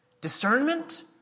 discernment